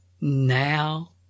Now